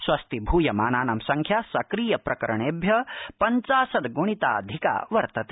स्वस्थी भूयमानानां संख्या सक्रिय प्रकरणेभ्य पञ्चाशद्गुणिताधिका वर्त्तते